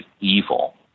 evil